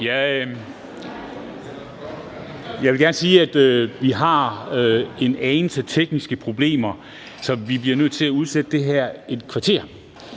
Jeg vil gerne sige, at vi har en anelse tekniske problemer, så vi bliver nødt til at udsætte mødet i et kvarter.